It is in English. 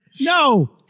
No